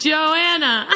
Joanna